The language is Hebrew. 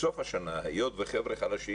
בסוף השנה היות וחבר'ה חלשים,